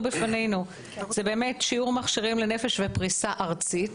בפנינו זה שיעור מכשירים לנפש ופריסה ארצית.